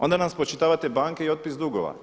Onda nam spočitavate banke i otpis dugova.